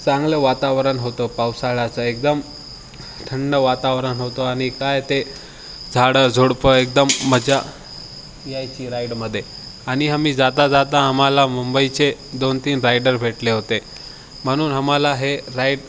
चांगलं वातावरण होतं पावसाळ्याचं एकदम थंड वातावरण होतं आणि काय ते झाडं झुडपं एकदम मज्जा यायची राईडमध्ये आणि आम्ही जाता जाता आम्हाला मुंबईचे दोन तीन रायडर भेटले होते म्हणून आम्हाला हे राईड